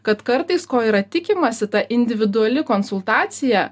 kad kartais ko yra tikimasi ta individuali konsultacija